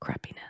crappiness